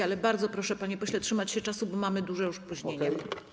Ale bardzo proszę, panie pośle, trzymać się czasu, bo mamy już duże opóźnienie.